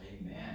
Amen